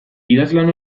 idazlan